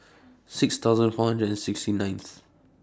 six thousand hundred and sixty ninth